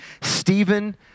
Stephen